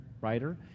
writer